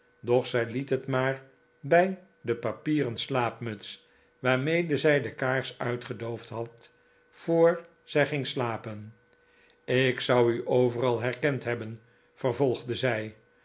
doch zij liet het maar bij de papieren slaapmuts waarmede zij de kaars uitgedoofd had voor zij ging slapen ik zou u overal herkend hebben vervolgde zij